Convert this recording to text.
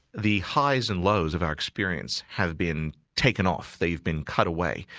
the highs and lows of our experience have been taken off, they've been cut away.